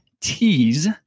T's